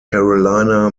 carolina